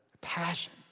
passion